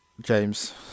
James